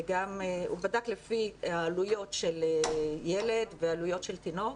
הוא בדק לפי העלויות של ילד ועלויות של תינוק